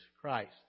Christ